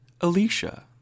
alicia